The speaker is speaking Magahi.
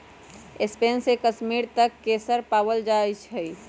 स्पेन से कश्मीर तक बहुत केसर पावल जा हई